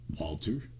Walter